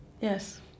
Yes